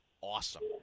awesome